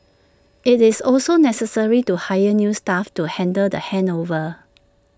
IT is also necessary to hire new staff to handle the handover